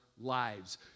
lives